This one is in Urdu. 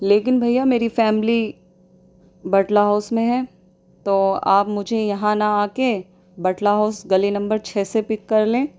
لیکن بھیا میری فیملی بٹلہ ہاؤس میں ہے تو آپ مجھے یہاں نہ آ کے بٹلہ ہاؤس گلی نمبر چھ سے پک کر لیں